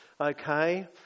okay